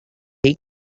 take